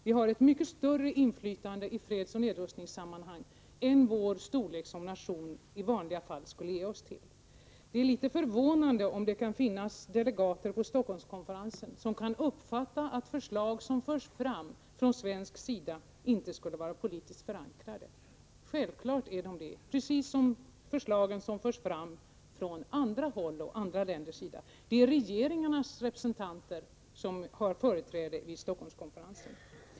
Vi har ett mycket större inflytande i fredsoch nedrustningssammanhang än vår storlek som nation i vanliga fall skulle ge oss. Det är litet förvånande om det finns delegater på Stockholmskonferensen som skulle kunna uppfatta att förslag som förs fram från svensk sida inte skulle vara politiskt förankrade. Självfallet är de det, precis som förslagen som förs fram från andra håll och från andra länders sida. Det är regeringarnas representanter som har företräde vid Stockholmskonferensen.